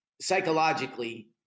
psychologically